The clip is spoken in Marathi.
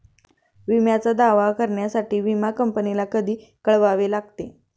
विम्याचा दावा करण्यासाठी विमा कंपनीला कधी कळवावे लागते?